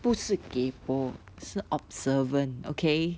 不是 kaypoh 是 observant okay